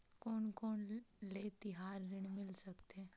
कोन कोन ले तिहार ऋण मिल सकथे?